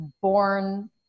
born